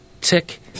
Tick